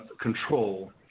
control